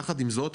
יחד עם זאת,